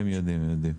הם יודעים, הם יודעים.